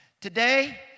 today